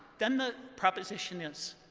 then the proposition is,